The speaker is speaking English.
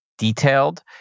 detailed